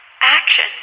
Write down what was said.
action